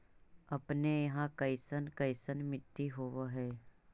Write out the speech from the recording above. अपने यहाँ कैसन कैसन मिट्टी होब है?